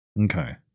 Okay